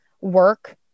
work